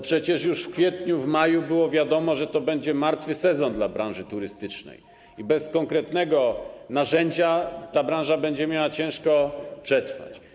Przecież już w kwietniu, w maju było wiadomo, że to będzie martwy sezon dla branży turystycznej i bez konkretnego narzędzia tej branży będzie ciężko przetrwać.